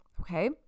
Okay